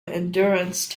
endurance